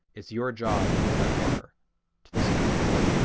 it's your job to pull that car to the side of the road.